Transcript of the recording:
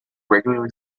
regularly